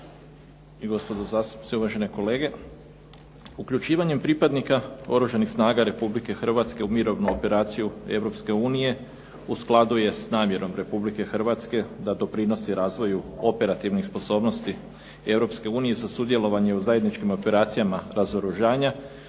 i gospodo zastupnici, uvažene kolege. Uključivanjem pripadnika Oružanih snaga Republike Hrvatske u Mirovnu operaciju Europske unije u skladu je s namjerom Republike Hrvatske da doprinosi razvoju operativnih sposobnosti Europske unije za sudjelovanje u zajedničkim operacijama razoružanja,